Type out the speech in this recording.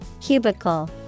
cubicle